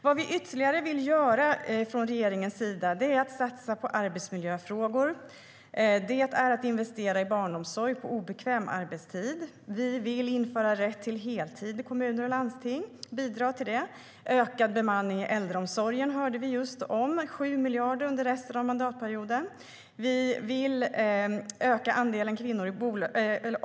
Vad vi ytterligare vill göra från regeringens sida är att satsa på arbetsmiljöfrågor, investera i barnomsorg på obekväm arbetstid, bidra till att införa rätt till heltid i kommuner och landsting och öka bemanningen i äldreomsorgen. Vi hörde just om 7 miljarder under resten av mandatperioden.